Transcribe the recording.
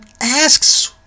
asks